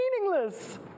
meaningless